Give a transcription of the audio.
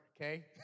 okay